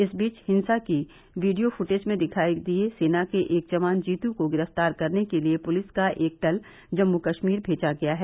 इस बीच हिंसा के वीडियो फूटेज में दिखाई दिए सेना के एक जवान जीत को गिरफ्तार करने के लिए पुलिस का एक दल जम्मू कश्मीर मेजा गया है